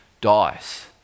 dice